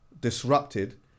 disrupted